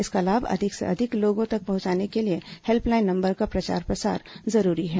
इसका लाभ अधिक से अधिक लोग तक पहंचाने के लिए हेल्पलाइन नंबर का प्रचार प्रसार जरूरी है